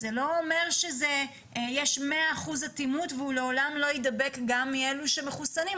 זה לא אומר שיש 100% אטימות והוא לעולם לא יידבק גם מאלה שמחוסנים,